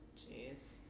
Jeez